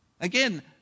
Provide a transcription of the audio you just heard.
Again